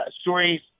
stories